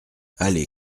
allée